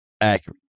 accurate